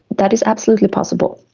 that is absolutely possible.